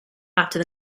after